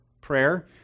prayer